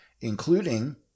including